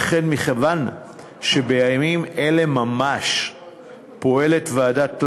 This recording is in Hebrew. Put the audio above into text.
וכן מכיוון שבימים אלה ממש פועלת ועדת לנדס,